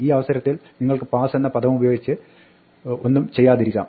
ഈ അവസരത്തിൽ നിങ്ങൾക്ക് pass എന്ന പദമുപയോഗിച്ച് നിങ്ങൾക്ക് ഒന്നും ചെയ്യാതിരിക്കാം